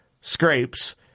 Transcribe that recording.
scrapes